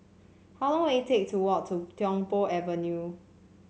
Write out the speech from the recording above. how long will it take to walk to Tiong Poh Avenue